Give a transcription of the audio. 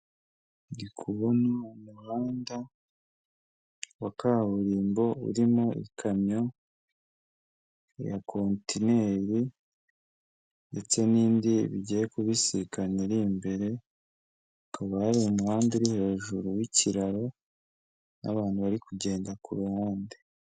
Ndikubona umuhanda wa kaburimbo, urimo ikamyo ya kontineri, ndetse n'indi bigiye kubisikana iri imbere, ikaba umuhanda uri hejuru y'ikiraro, n'abantu bari kugenda ku ruhande.